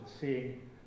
seeing